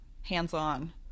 hands-on